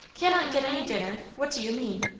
cannot get any dinner! what do you mean?